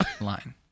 line